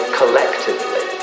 collectively